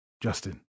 Justin